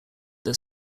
that